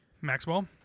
Maxwell